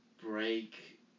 break